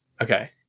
Okay